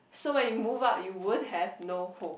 so when you move out you won't have no home